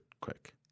quick